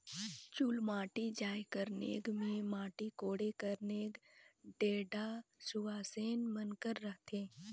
चुलमाटी जाए कर नेग मे माटी कोड़े कर नेग ढेढ़ा सुवासेन मन कर रहथे